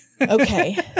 Okay